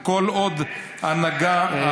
וכל עוד ההנהגה הרוחנית,